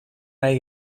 nahi